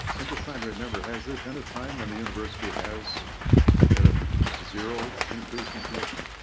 i'm just trying to remember has there been a time when the university has and a zero increase in tuition?